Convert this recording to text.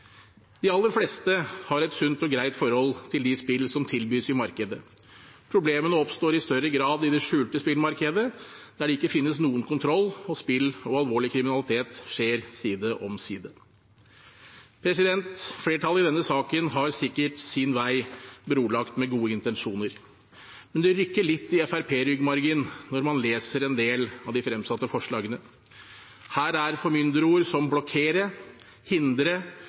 De aller fleste har et sunt og greit forhold til de spillene som tilbys i markedet. Problemene oppstår i større grad i det skjulte spillmarkedet, der det ikke finnes noen kontroll, og der spill og alvorlig kriminalitet skjer side om side. Flertallet i denne saken har sikkert sin vei brolagt med gode intensjoner, men det rykker litt i FrP-ryggmargen når man leser en del av de fremsatte forslagene. Her er formynderord som